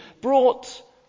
brought